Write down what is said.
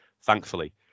thankfully